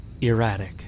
erratic